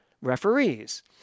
referees